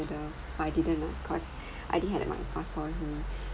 but I didn't lah cause I didn't have my passport with me